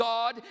God